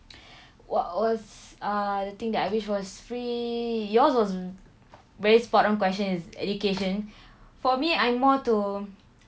what was ah the thing that I wish was free yours was very spot on question is education for me I more to